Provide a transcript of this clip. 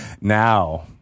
Now